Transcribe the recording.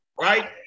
Right